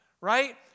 Right